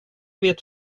vet